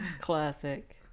Classic